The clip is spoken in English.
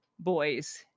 boys